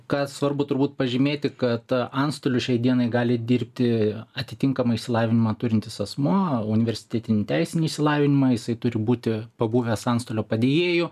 ką svarbu turbūt pažymėti kad antstoliu šiai dienai gali dirbti atitinkamą išsilavinimą turintis asmuo universitetinį teisinį išsilavinimą jisai turi būti pabuvęs antstolio padėjėju